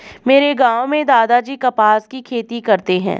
मेरे गांव में दादाजी कपास की खेती करते हैं